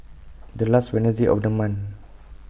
The last Wednesday of The month